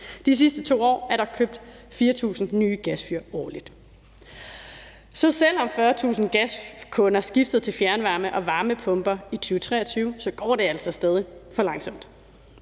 De sidste to år er der købt 4.000 nye gasfyr årligt, så selv om 40.000 gaskunder skiftede til fjernvarme og varmepumper i 2023, så går det altså stadig for langsomt.